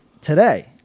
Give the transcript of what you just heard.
today